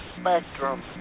spectrum